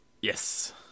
Yes